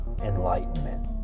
enlightenment